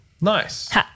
nice